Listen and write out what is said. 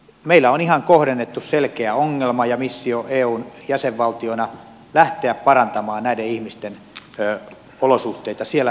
meillä on ihan kohdennettu selkeä ongelma ja missio eun jäsenvaltiona lähteä parantamaan näiden ihmisten olosuhteita siellä lähtömaassa nimenomaan